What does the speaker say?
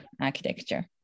architecture